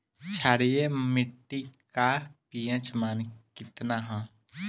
क्षारीय मीट्टी का पी.एच मान कितना ह?